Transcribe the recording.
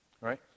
Right